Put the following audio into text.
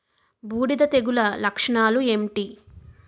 బూడిద తెగుల లక్షణాలు ఏంటి?